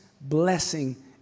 blessing